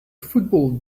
football